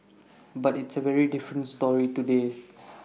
but it's A very different story today